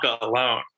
alone